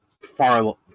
far